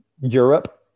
Europe